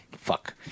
Fuck